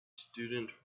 student